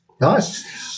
nice